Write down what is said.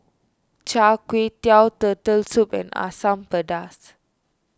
Char Kway Teow Turtle Soup and Asam Pedas